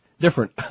Different